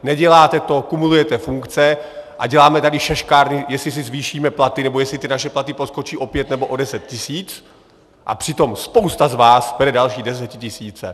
Neděláte to, kumulujete funkce a děláme tady šaškárny, jestli si zvýšíme platy, nebo jestli ty naše platy poskočí o pět nebo o deset tisíc, a přitom spousta z vás bere další desetitisíce.